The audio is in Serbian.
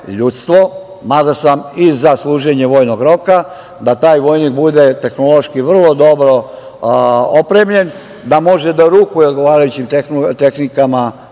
ljudstvo, mada sam i za služenje vojnog roka, da taj vojnik bude tehnološki vrlo dobro opremljen i da može da rukuje odgovarajućim tehnikama